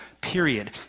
period